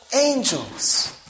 angels